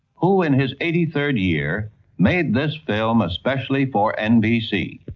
who, in his eighty third year made this film especially for nbc.